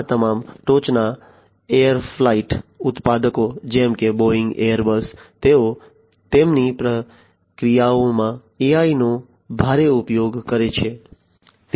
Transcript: આ તમામ ટોચના એરક્રાફ્ટ ઉત્પાદકો જેમ કે બોઇંગ એરબસ તેઓ તેમની પ્રક્રિયાઓમાં AIનો ભારે ઉપયોગ કરે છે